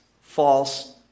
false